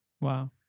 Wow